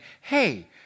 hey